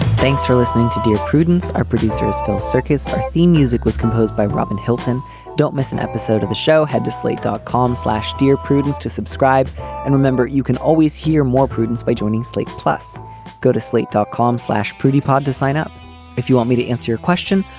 thanks for listening to dear prudence. our producers call circuits our theme music was composed by robin hilton don't miss an episode of the show head to slate dot com slash dear prudence to subscribe and remember you can always hear more prudence by joining slate plus go to slate dot com slash pretty pod to sign up if you want me to answer your question.